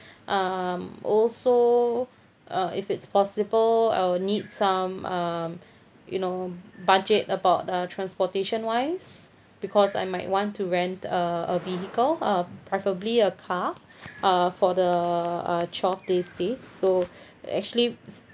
um also uh if it's possible I will need some um you know budget about uh transportation wise because I might want to rent a a vehicle uh preferably a car uh for the uh twelve days stay so actually